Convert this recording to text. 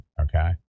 Okay